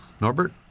Norbert